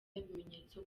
ibimenyetso